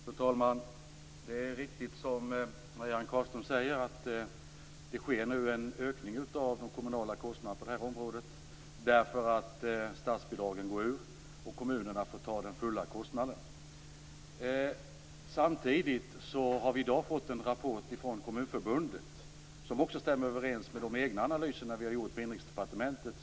Fru talman! Det är riktigt som Marianne Carlström säger att det nu sker en ökning av de kommunala kostnaderna på det här området därför att statsbidragen upphör och kommunerna får ta den fulla kostnaden. Samtidigt har vi i dag fått en rapport från Kommunförbundet som också stämmer överens med de egna analyser som vi har gjort på Inrikesdepartementet.